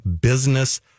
business